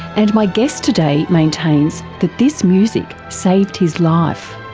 and my guest today maintains that this music saved his life.